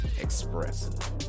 expressive